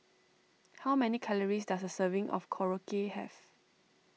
how many calories does a serving of Korokke have